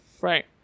Right